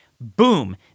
Boom